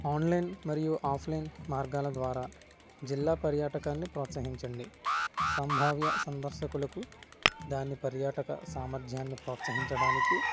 online మరియు offline మార్గాల ద్వారా జిల్లా పర్యాటకాన్ని ప్రోత్సహించండి సంభావ్య సందర్శకులకు దాన్ని పర్యాటక సామర్థ్యాన్ని ప్రోత్సహించడానికి